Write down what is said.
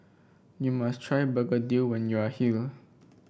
you must try begedil when you are here